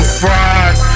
fried